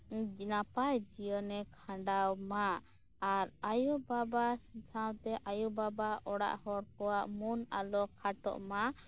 ᱱᱟᱯᱟᱭ ᱡᱤᱭᱚᱱᱮ ᱠᱷᱟᱸᱰᱟᱣ ᱢᱟ ᱟᱨ ᱟᱭᱳᱼᱵᱟᱵᱟ ᱥᱟᱶᱛᱮ ᱟᱭᱳᱼᱵᱟᱵᱟ ᱚᱲᱟᱜ ᱦᱚᱲ ᱠᱚᱣᱟᱜ ᱢᱚᱱ ᱟᱞᱚ ᱠᱷᱟᱴᱚᱜ ᱢᱟ